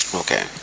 okay